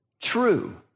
true